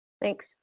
Thanks